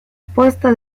posta